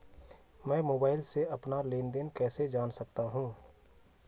मैं मोबाइल से अपना लेन लेन देन कैसे जान सकता हूँ?